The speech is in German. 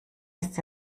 ist